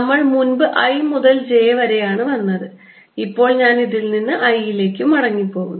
നമ്മൾ മുൻപ് i മുതൽ j വരെയാണ് വന്നത് ഇപ്പോൾ ഞാൻ ഇതിൽ നിന്ന് i ലേക്ക് മടങ്ങാൻ പോകുന്നു